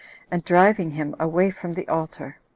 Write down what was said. and driving him away from the altar.